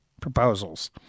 proposals